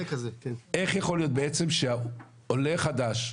איך יכול להיות בעצם שעולה חדש,